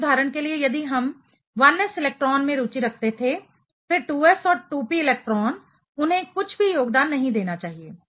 यदि उदाहरण के लिए यदि हम 1 s इलेक्ट्रॉन में रुचि रखते थे फिर 2s और 2p इलेक्ट्रॉन उन्हें कुछ भी योगदान नहीं देना चाहिए